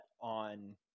on